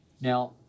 Now